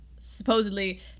Supposedly